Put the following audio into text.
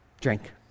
Drink